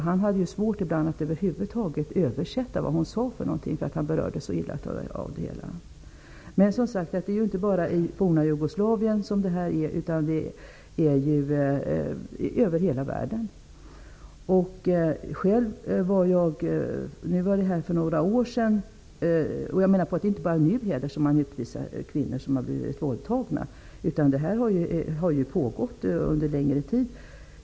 Han hade ibland svårt att över huvud taget översätta det hon sade för att han berördes så illa. Men, som sagt, det är inte bara i det forna Jugoslavien som detta sker, det är över hela världen. Det är inte heller bara nu som man utvisar kvinnor som blivit våldtagna. Detta har pågått under lång tid.